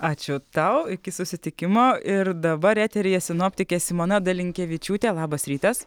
ačiū tau iki susitikimo ir dabar eteryje sinoptikė simona dalinkevičiūtė labas rytas